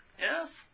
Yes